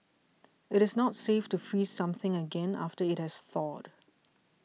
it is not safe to freeze something again after it has thawed